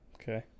Okay